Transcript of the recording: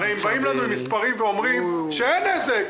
הרי הם באים לנו עם מספרים ואומרים, שאין נזק,